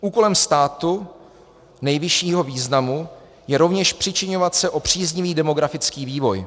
Úkolem státu nejvyššího významu je rovněž přičiňovat se o příznivý demografický vývoj.